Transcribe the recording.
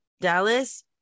Dallas